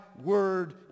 word